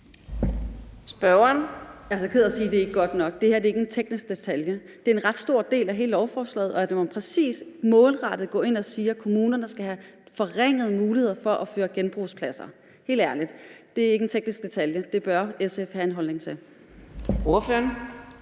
Jeg er altså ked af at sige, at det ikke er godt nok. Det her er ikke en teknisk detalje. Det er en ret stor del af hele lovforslaget, at man præcis og målrettet går ind og siger, at kommunerne skal have forringede muligheder for at drive genbrugspladser. Helt ærligt, det er ikke en teknisk detalje, og SF bør have en holdning til det.